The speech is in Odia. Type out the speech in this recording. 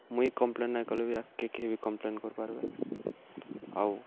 ମୁଇଁ କମ୍ପ୍ଲେନ୍ ନାଇଁ କଲେ ବି ଅଗ୍କେ କେହି ବି କମ୍ପ୍ଲେନ୍ କରିପାର୍ବେ